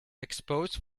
expose